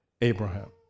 Abraham